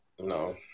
No